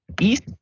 East